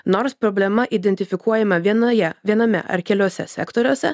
nors problema identifikuojama vienoje viename ar keliuose sektoriuose